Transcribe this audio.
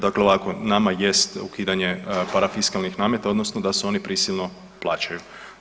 Dakle ovako nama jest ukidanje parafiskalnih nameta odnosno da se oni prisilno plaćaju.